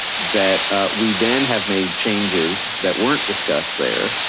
that we then have made changes that weren't discussed there,